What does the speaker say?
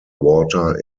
water